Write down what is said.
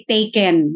Taken